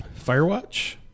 Firewatch